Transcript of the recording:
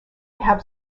have